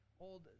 old